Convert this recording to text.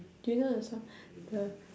do you know the song the